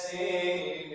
a